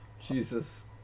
Jesus